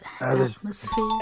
Atmosphere